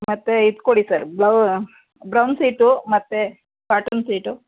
ಮತ್ತು ಇದು ಕೊಡಿ ಸರ್ ಬ್ರೌನ್ ಸೀಟು ಮತ್ತು ಕಾಟನ್ ಸೀಟು